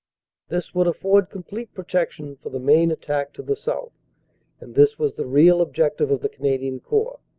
this would afford complete protection for the main attack to the south and this was the real objective of the canadian corps.